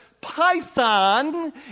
python